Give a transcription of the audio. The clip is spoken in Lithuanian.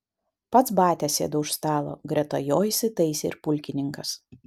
pats batia sėdo už stalo greta jo įsitaisė ir pulkininkas